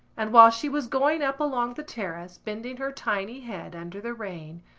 and while she was going up along the terrace, bending her tiny head under the rain,